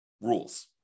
rules